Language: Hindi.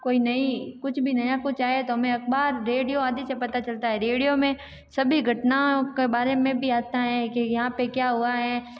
कोई नई कुछ भी नया कुछ आए तो हमें अखबार रेडियो आदि से पता चलता है रेडियो में सभी घटनाओं के बारे में भी आता है के यहाँ पे क्या हुआ है